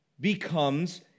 becomes